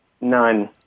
None